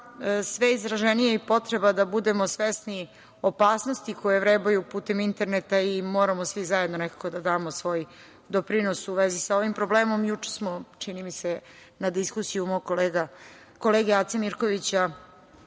sve izraženije i potreba da budemo svesni opasnosti koje vrebaju putem interneta i moramo svi zajedno nekako da damo svoj doprinos u vezi sa ovim problemom. Juče smo, čini mi se, na diskusiju mog kolege Ace Mirkovića